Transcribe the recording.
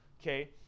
okay